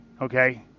okay